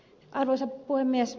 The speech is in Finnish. arvoisa puhemies